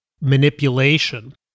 manipulation